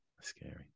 scary